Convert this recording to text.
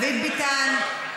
ביטן,